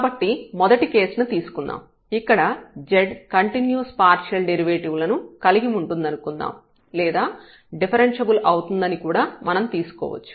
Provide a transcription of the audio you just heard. కాబట్టి మొదటి కేస్ ను తీసుకుందాం ఇక్కడ z కంటిన్యూస్ పార్షియల్ డెరివేటివ్ లను కలిగి ఉంటుందనుకుందాం లేదా డిఫరెన్ష్యబుల్ అవుతుందని కూడా మనం తీసుకోవచ్చు